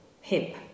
hip